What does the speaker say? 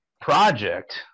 project –